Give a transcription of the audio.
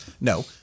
No